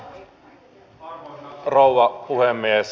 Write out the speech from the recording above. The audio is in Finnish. arvoisa rouva puhemies